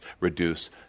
reduce